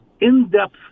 in-depth